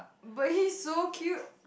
but he's so cute